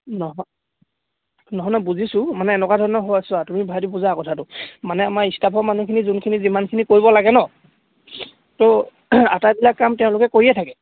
নহয় নহয় নহয় বুজিছোঁ মানে এনেকুৱা ধৰণৰ হয় চোৱা তুমি ভাইটি বুজা কথাটো মানে আমাৰ ষ্টাফৰ মানুহখিনি যোনখিনি যিমানখিনি কৰিব লাগে নহ্ ত' আটাইবিলাক কাম তেওঁলোকে কৰিয়ে থাকে